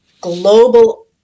global